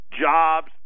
jobs